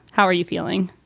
how are you feeling?